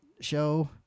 show